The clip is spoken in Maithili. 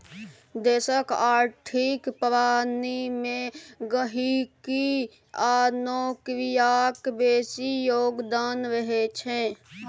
देशक आर्थिक प्रणाली मे गहिंकी आ नौकरियाक बेसी योगदान रहैत छै